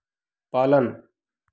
पालन